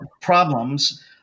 problems